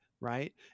Right